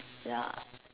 ya